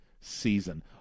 season